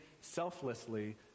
selflessly